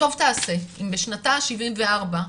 טוב תעשה אם בשנתה ה-74,